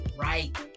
right